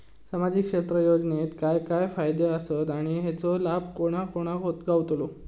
सामजिक क्षेत्र योजनेत काय काय फायदे आसत आणि हेचो लाभ कोणा कोणाक गावतलो?